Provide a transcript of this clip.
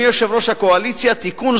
תיקון,